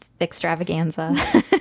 extravaganza